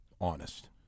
honest